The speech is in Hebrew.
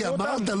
אמרת אותם,